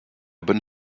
bonne